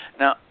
Now